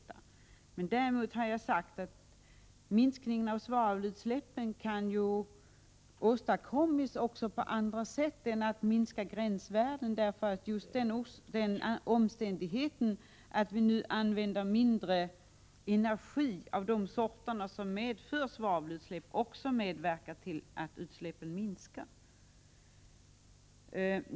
Vad jag däremot har sagt är att minskningen av svavelutsläppen ju också kan åstadkommas på andra sätt än genom att sänka gränsvärdena. Just den omständigheten att vi nu använder mindre energi av de sorter som medför utsläpp av svavel medverkar också till att utsläppen minskar.